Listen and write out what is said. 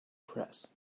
press